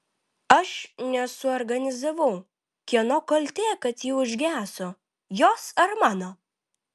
aš nesuorganizavau kieno kaltė kad ji užgeso jos ar mano